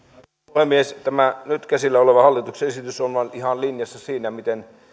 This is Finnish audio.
puhemies tämä nyt käsillä oleva hallituksen esitys on ihan linjassa siinä miten